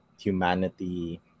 humanity